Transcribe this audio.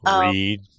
read